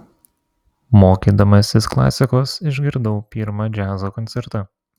mokydamasis klasikos išgirdau pirmą džiazo koncertą